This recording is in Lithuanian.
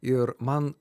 ir man